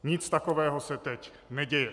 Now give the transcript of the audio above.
Nic takového se teď neděje.